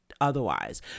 otherwise